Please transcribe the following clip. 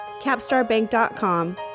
capstarbank.com